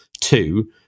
two